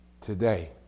today